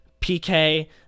PK